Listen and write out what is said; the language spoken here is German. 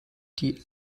die